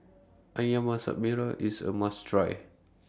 Ayam Masak Merah IS A must Try